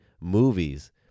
movies